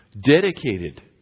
Dedicated